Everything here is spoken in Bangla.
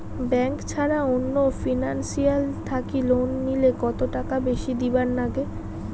ব্যাংক ছাড়া অন্য ফিনান্সিয়াল থাকি লোন নিলে কতটাকা বেশি দিবার নাগে?